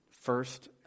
first